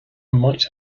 might